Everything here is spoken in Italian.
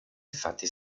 infatti